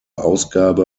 ausgabe